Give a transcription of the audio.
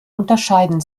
unterscheiden